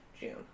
June